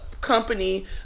company